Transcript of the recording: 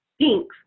pink